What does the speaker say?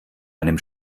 einem